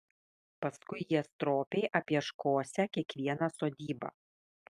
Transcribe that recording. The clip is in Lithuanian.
paskui jie stropiai apieškosią kiekvieną sodybą